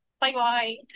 bye-bye